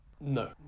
no